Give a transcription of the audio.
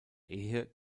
ehe